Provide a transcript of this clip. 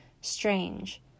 strange